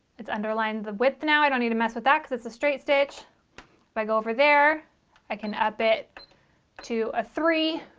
it's underlined the width now i don't need to mess with that cuz it's a straight stitch if i go over there i can up it to a three,